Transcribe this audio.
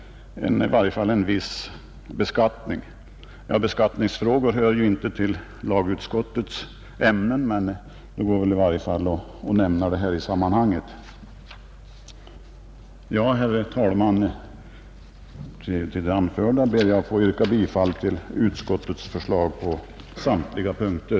Herr Wiklund i Stockholm, och jag tror även herr Sjöholm, var inne på detta. Beskattningsfrågor behandlas nu inte av lagutskottet, men man kan ju nämna saken i sammanhanget. Herr talman! Med det anförda ber jag att få yrka bifall till utskottets förslag på samtliga punkter.